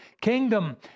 kingdom